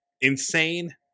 insane